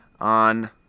on